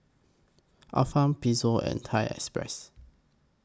Ifan Pezzo and Thai Express